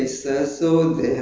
oh as a monk ah